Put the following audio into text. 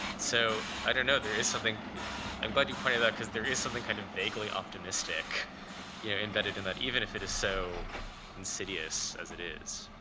so i don't know. there is something i'm glad you pointed that out, because there is something kind of vaguely optimistic yeah embedded in that, even if it is so insidious as it is.